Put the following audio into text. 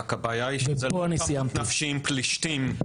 ופה אני סיימתי.